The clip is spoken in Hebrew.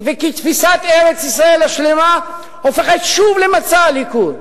וכי תפיסת ארץ-ישראל השלמה הופכת שוב למצע הליכוד.